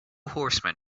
horsemen